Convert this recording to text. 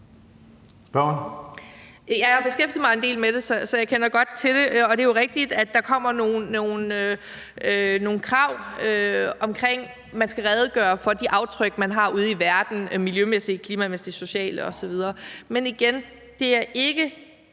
jeg har beskæftiget mig en del med det, så jeg kender godt til det, og det er jo rigtigt, at der kommer nogle krav om, at man skal redegøre for de aftryk, man har ude i verden, miljømæssigt, klimamæssigt, socialt osv. Men igen er det ikke